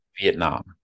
vietnam